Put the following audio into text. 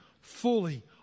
fully